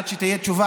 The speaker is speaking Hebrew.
עד שתהיה תשובה,